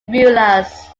rulers